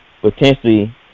potentially